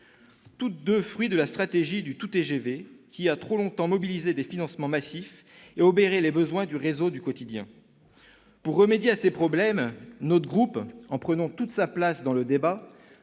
l'autre fruits de la stratégie du tout-TGV, lequel a trop longtemps mobilisé des financements massifs et obéré les besoins du réseau du quotidien. Pour remédier à ces problèmes, notre groupe, en prenant toute sa place dans le débat,